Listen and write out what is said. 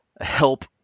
help